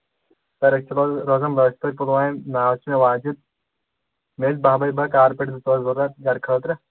سَر أسۍ چھِ روزان لٲسۍ پورِ پُلوامہِ ناو چھُ مےٚ واجِد مےٚ ٲسۍ بہہ بَے بہہ کارپٮ۪ٹ زٕ ترٛوو ضوٚرَتھ گَرٕ خٲطرٕ